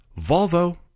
Volvo